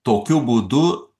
tokiu būdu